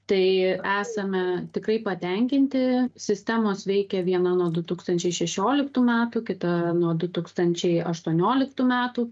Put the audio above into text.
tai esame tikrai patenkinti sistemos veikia viena nuo du tūkstančiai šešioliktų metų kita nuo du tūkstančiai aštuonioiktų metų